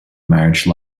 marriage